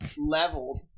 leveled